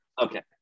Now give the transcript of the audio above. Okay